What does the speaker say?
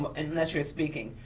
ah and unless you're speaking.